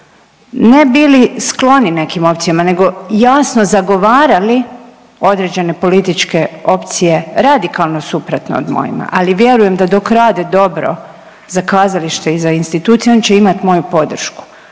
ne bili skloni nekim opcijama nego jasno zagovarali određene političke opcije radikalno suprotno do mojima, ali vjerujem da dok rade dobro za kazalište i institucije oni će imati moju podršku